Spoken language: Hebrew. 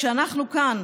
כשאנחנו כאן,